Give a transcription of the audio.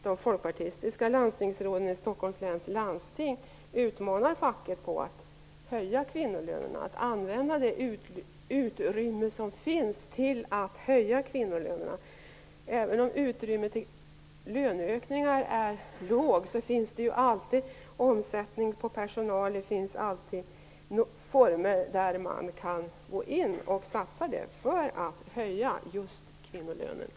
De folkpartistiska landstingsråden i Stockholm läns landsting utmanar facket att försöka att höja kvinnolönerna genom att använda det utrymme som finns. Även om utrymmet för lönehöjningar är litet, finns det alltid metoder som kan användas för att höja kvinnolönerna.